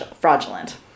fraudulent